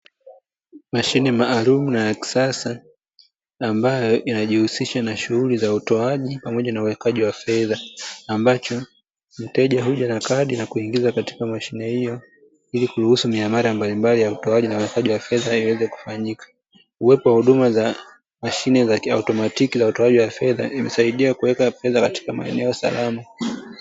Mashine maalumu na ya kisasa ambayo inajihusisha na shughuli za utoaji pamoja na uwekaji wa fedha. Ambacho mteja huja na kadi na kuingiza katika mashine hiyo ili kuruhusu miamala mbalimbali ya utoaji na uwekaji wa fedha ili iweze kufanyika. Uwepo wa huduma za mashine za kiautomatiki za utoaji wa fedha inasaidia kuweka fedha katika maeneo salama.